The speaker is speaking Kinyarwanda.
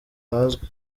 hazwi